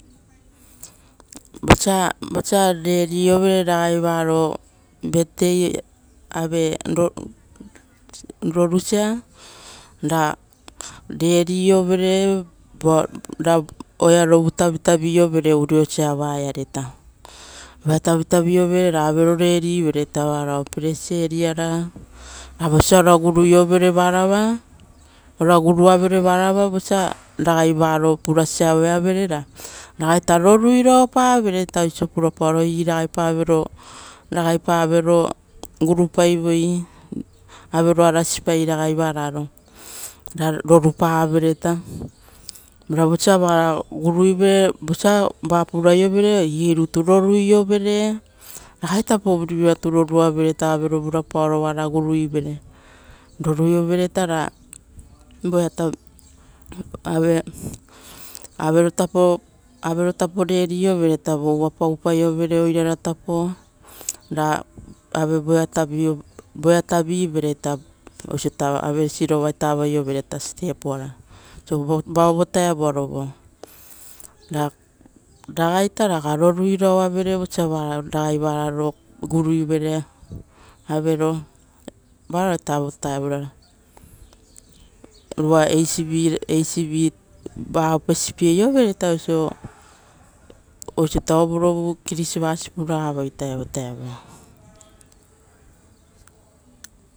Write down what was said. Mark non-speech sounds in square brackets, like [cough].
Vosa, vosa [hesitation] reariovere vatatopa iovere ragai varo kavaupa vutaia ave rorusia, ra reri vatapoiovere, voa, ra oearavu tavitaviovere uriosa vaiareita voea tavitavi overe ra avero rerivere vatatapoivereita varao pereseriara vateara, ra vosa ora guruiovere varava, ora guruavere varava vosa ragai varo purasa aveavere ra, ragaita roruiraopavere oiso pura-paoro "aii ragaipa avero, avero gurupaivo, avero agasipa ragai vararo" ra rorupavereita. Ra vosa varao guruivere vosa ra puraiovere igei rutu roruiovere ragaitapo vurivira rirovira ruturoruavere ita avero vurapaoro oara guruivere roruiovereita ra. Voaita, ra ave averotapo averotapo reri vatatopoiovere ita vo uva paupaiovere oirara tapo. Ra ave voea tavio voea tavivereita osoita ave sirova avaiovereita rokara oiso, vo vao vo taevuro vutaroa vao. Ra, ragaita ra roruiraoavere vosa va ragai varao guruivere avero, varaoita vo taevuaro vutaroa. Uva eisivi, eisivi va opesipieovereita oiso, ovurovu kirisivasi age-ivara puravoita.